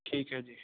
ਠੀਕ ਹੈ ਜੀ